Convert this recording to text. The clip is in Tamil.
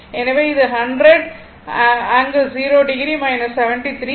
எனவே இது 100 ∠0o 73 ∠24